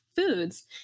foods